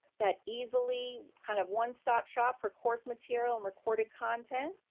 that easily kind of one stop shop for course material and recorded content.